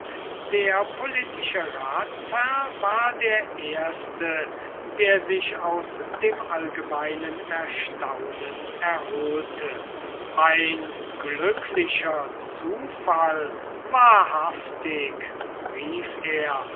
der politische ratsherr war der erste der sich aus dem allgemeinen erstaunen erholte ein glücklicher zufall wahrhaftig rief er